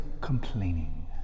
complaining